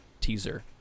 teaser